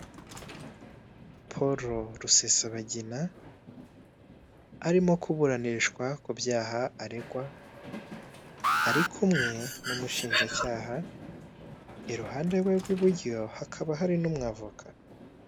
Polo Rusesabagina urimo kuburanishwa ku byaha aregwa, arikmwe n'umushinjacyaha iruhande rwe rw'iburyo hakaba hari n'umwavoka.